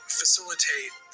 facilitate